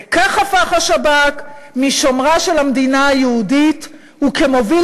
וכך הפך השב"כ משומרה של המדינה היהודית וכמוביל